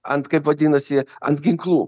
ant kaip vadinasi ant ginklų